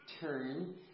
turn